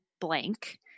blank